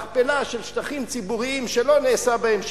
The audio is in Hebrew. מכפלה של שטחים ציבוריים שלא נעשה בהם שימוש,